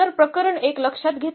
तर प्रकरण 1 लक्षात घेता